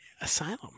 asylum